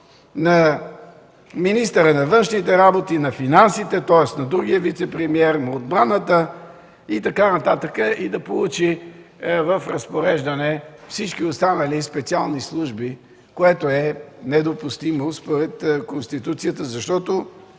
на министъра на външните работи, на финансите, тоест на другия вицепремиер, на отбраната и така нататък, и да получи в разпореждане всички останали специални служби, което е недопустимо според Конституцията, защото